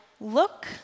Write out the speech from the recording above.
look